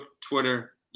twitter